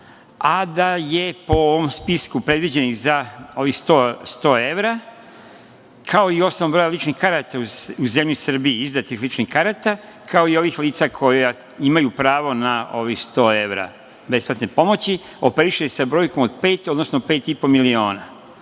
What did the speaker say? a da je po ovom spisku predviđenih za ovih sto evra, kao i na osnovu broja ličnih karata u zemlji Srbiji, izdatih ličnih karata, kao i ovih lica koja imaju pravo na ovih sto evra besplatne pomoći, operiše sa brojkom od pet i po miliona,